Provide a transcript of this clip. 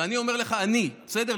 ואני אומר לך, אני, בסדר?